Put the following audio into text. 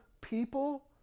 people